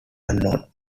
unknown